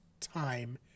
time